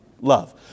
love